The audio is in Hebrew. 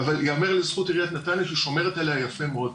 וייאמר לזכות עיריית נתניה שהיא שומרת עליה יפה מאוד.